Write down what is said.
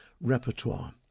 repertoire